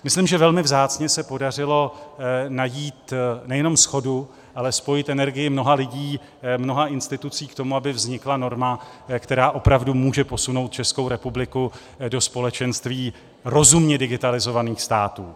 Myslím, že velmi vzácně se podařilo najít nejenom shodu, ale spojit energii mnoha lidí, mnoha institucí k tomu, aby vznikla norma, která opravdu může posunout Českou republiku do společenství rozumně digitalizovaných států.